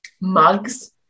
mugs